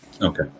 Okay